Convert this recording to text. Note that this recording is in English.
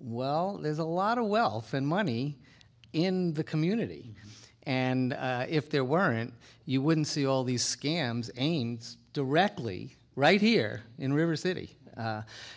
well there's a lot of wealth and money in the community and if there weren't you wouldn't see all these scams aimed directly right here in river city